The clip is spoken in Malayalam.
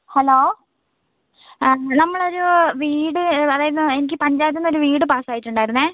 ഹലോ ആ നമ്മൾ ഒരു വീട് അതായത് എനിക്ക് പഞ്ചായത്തിൽ നിന്ന് ഒരു വീട് പാസ് ആയിട്ട് ഉണ്ടായിരുന്നേ